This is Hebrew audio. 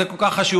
שזה כל כך חשוב,